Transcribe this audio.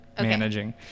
Managing